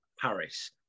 Paris